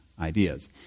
ideas